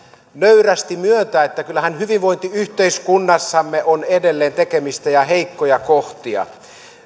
nöyrästi myöntää että kyllähän hyvinvointiyhteiskunnassamme on edelleen tekemistä ja heikkoja kohtia